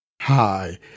Hi